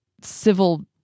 civil